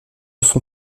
son